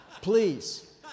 please